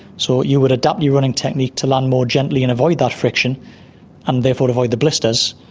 so you would adapt your running technique to land more gently and avoid that friction and therefore avoid the blisters,